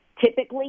Typically